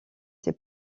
ses